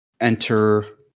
enter